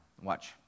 watch